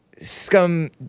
scum